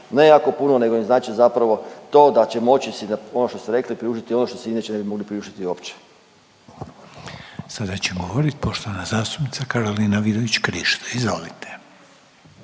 ne jako puno nego im znači zapravo to da će moći si ono što ste rekli priuštiti ono što si inače ne bi mogli priuštiti uopće. **Reiner, Željko (HDZ)** Sada će govoriti poštovana zastupnica Karolina Vidović Krišto, izvolite.